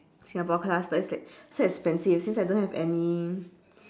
singapore class but it's like so expensive since I don't have any